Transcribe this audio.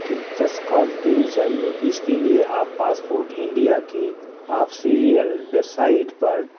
کی درخواست دینی چاہیے اس کے لیے آپ پاسپورٹ انڈیا کی آپ سیریل بیسائٹ پر